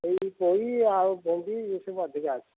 ଏଇ ପୋଇ ଆଉ ଭେଣ୍ଡି ଇଏ ସବୁ ଅଧିକା ଅଛି